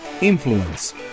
influence